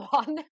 one